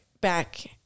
back